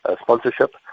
sponsorship